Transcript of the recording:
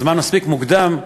בזמן מספיק מוקדם,